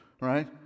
right